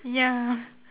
ya